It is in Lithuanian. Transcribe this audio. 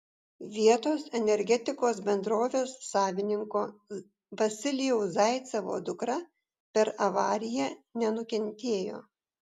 vietos energetikos bendrovės savininko vasilijaus zaicevo dukra per avariją nenukentėjo